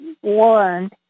one